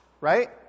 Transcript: right